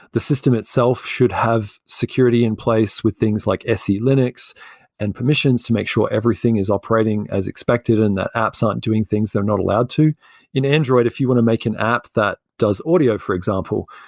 the system itself should have security in place with things like selinux and permissions to make sure everything is operating as expected and that apps aren't doing things so not allowed to in android, if you want to make an app that does audio for example,